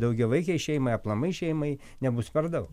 daugiavaikei šeimai aplamai šeimai nebus per daug